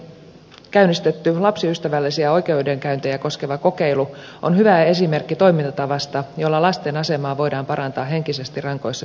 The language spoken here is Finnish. maassamme käynnistetty lapsiystävällisiä oikeudenkäyntejä koskeva kokeilu on hyvä esimerkki toimintatavasta jolla lasten asemaa voidaan parantaa henkisesti rankoissa tilanteissa